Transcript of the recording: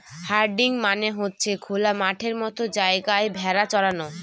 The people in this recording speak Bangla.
হার্ডিং মানে হচ্ছে খোলা মাঠের মতো জায়গায় ভেড়া চরানো